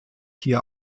hier